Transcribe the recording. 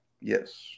Yes